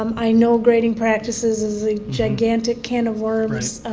um i know grading practices is a gigantic can of worms.